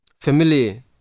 Family